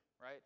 right